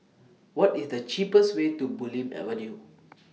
What IS The cheapest Way to Bulim Avenue